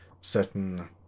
Certain